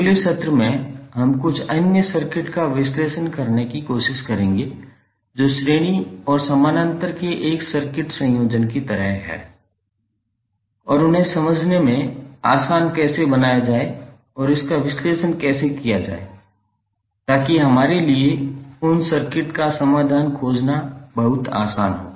अगले सत्र में हम कुछ अन्य सर्किट का विश्लेषण करने की कोशिश करेंगे जो श्रेणी और समानांतर के एक सर्किट संयोजन की तरह हैं और उन्हें समझने में आसान कैसे बनाया जाए और इसका विश्लेषण कैसे किया जाए ताकि हमारे लिए उन सर्किट का समाधान खोजना बहुत आसान हो